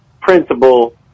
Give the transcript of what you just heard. principal